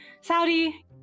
Saudi